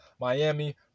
Miami